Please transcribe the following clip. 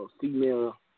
female